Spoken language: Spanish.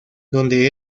donde